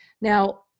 Now